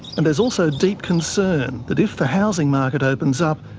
and there's also deep concern that if the housing market opens up,